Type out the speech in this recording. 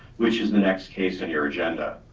which is the next case in your agenda.